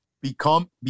become